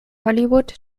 hollywood